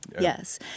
Yes